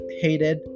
hated